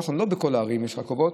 נכון, לא בכל הערים יש רכבות.